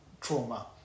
trauma